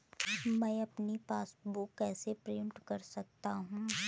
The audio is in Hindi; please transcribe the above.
मैं अपनी पासबुक कैसे प्रिंट कर सकता हूँ?